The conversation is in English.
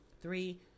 Three